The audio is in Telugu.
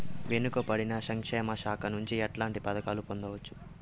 వెనుక పడిన సంక్షేమ శాఖ నుంచి ఎట్లాంటి పథకాలు పొందవచ్చు?